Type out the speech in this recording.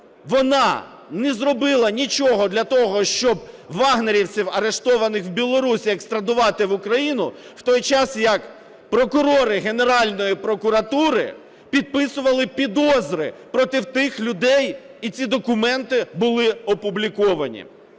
вона не зробила нічого для того, щоб "вагнерівців", арештованих в Білорусі, екстрадувати в Україну в той час, як прокурори Генеральної прокуратури підписували підозри проти тих людей, і ці документи були опубліковані.